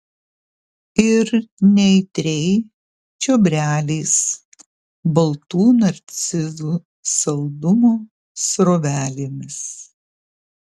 ir neaitriai čiobreliais baltų narcizų saldumo srovelėmis